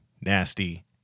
nasty